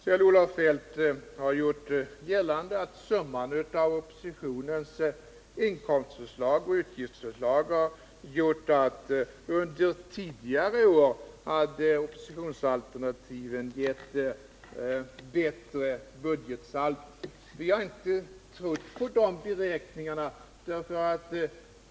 Kjell-Olof Feldt har gjort gällande att summan av oppositionens inkomstförslag och utgiftsförslag under tidigare år hade givit bättre budgetsaldon än regeringens åtgärder. Vi har inte trott på de beräkningarna.